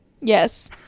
Yes